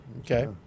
Okay